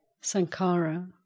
sankara